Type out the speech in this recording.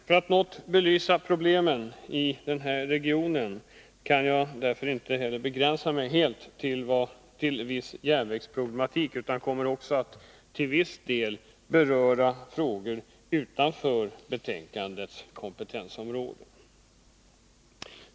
För att något belysa problemen i Stockholmsregionen kan jag inte begränsa mig helt till viss järnvägsproblematik, utan jag kommer också att till viss del beröra frågor utanför betänkandets ämnesområde.